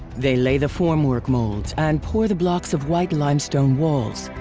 they lay the formwork molds and pour the blocks of white limestone walls.